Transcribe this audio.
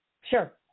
Sure